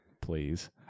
please